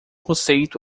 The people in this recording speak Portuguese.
conceito